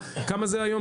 כמה זה היום?